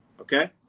okay